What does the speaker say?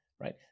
Right